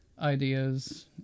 ideas